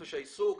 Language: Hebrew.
חופש העיסוק.